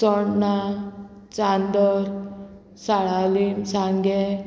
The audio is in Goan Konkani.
चोडना चांदर साळावलीम सांगें